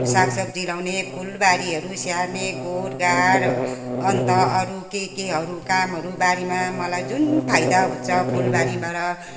सागसब्जी लगाउने फुलबारीहरू स्याहार्ने गोडगाड अन्त अरू के केहरू कामहरू बारीमा मलाई जुन फाइदा हुन्छ फुलबारीबाट